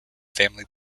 family